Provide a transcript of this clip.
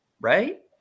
right